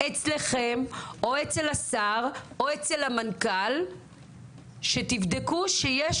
אלא אצלכם או אצל השר או אצל המנכ"ל כדי שתבדקו שיש